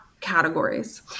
categories